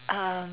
um